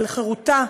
על חירותה,